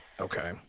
Okay